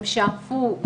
הם שאלו,